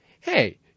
hey